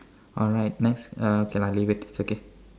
alright next uh okay lah leave it it's okay